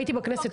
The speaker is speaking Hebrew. הייתי בכנסת.